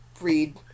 read